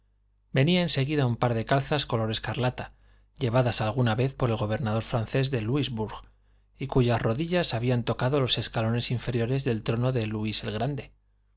venía en seguida un par de calzas color escarlata llevadas alguna vez por el gobernador francés de loúisbourg y cuyas rodillas habían tocado los escalones inferiores del trono de louis el grande